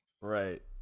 Right